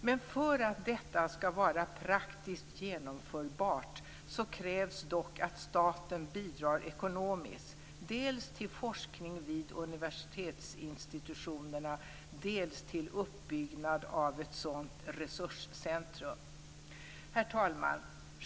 Men för att detta ska vara praktiskt genomförbart krävs dock att staten bidrar ekonomiskt, dels till forskning vid universitetsinstitutionerna, dels till uppbyggnad av ett sådant resurscentrum. Herr talman!